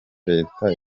leta